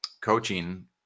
coaching